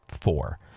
four